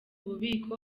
bubiko